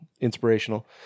inspirational